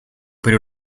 per